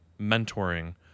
mentoring